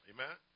Amen